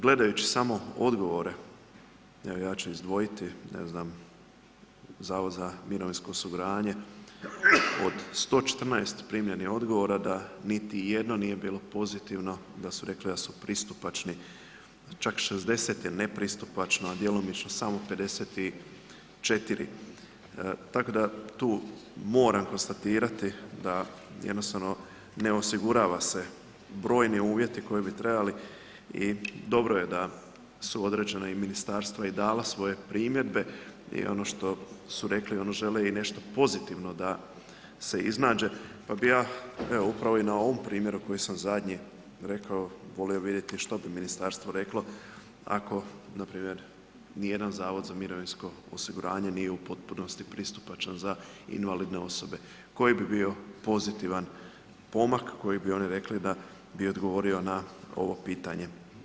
Gledajući samo odgovore, evo ja ću izdvojiti, ne znam Zavod za mirovinsko osiguranje, od 114 primljenih odgovara da niti jedno nije bilo pozitivno da su rekli da su pristupačni, čak 60 je nepristupačno, a djelomično samo 54. tako da tu moram konstatirati da jednostavno ne osigurava se brojni uvjeti koji bi trebali i dobro je da su određena i ministarstva dala i svoje primjedbe i ono što su rekli, oni žele i nešto pozitivno da se iznađe pa bih ja, evo upravo i na ovom primjeru koji sam zadnji rekao, volio bih vidjeti što bi ministarstvo reklo ako npr. nijedan zavod za mirovinsko osiguranje nije u potpunosti pristupačan za invalidne osobe, koji bi bio pozitivan pomak koji bi oni rekli da bi odgovorio na ovo pitanje?